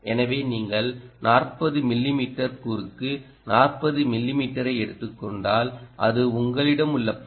எனவே நீங்கள் 40 மிமீ குறுக்கு 40 மிமீஐ எடுத்துக் கொண்டால் அது உங்களிடம் உள்ள பரப்பு